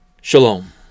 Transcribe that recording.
Shalom